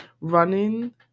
running